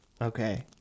Okay